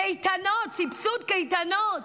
קייטנות, סבסוד קייטנות.